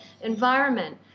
environment